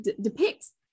depicts